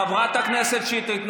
חברת הכנסת שטרית,